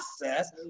process